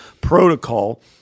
protocol